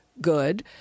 good